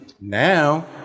Now